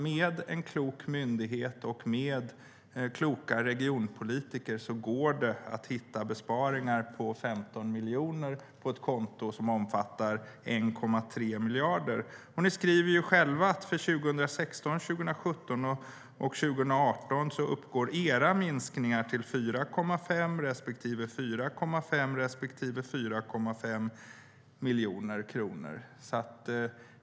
Med en klok myndighet och kloka regionpolitiker går det att hitta besparingar på 15 miljoner på ett konto som omfattar 1,3 miljarder. Ni skriver själva att era minskningar uppgår till 4,5 miljoner för vart och ett av åren 2016, 2017 och 2018.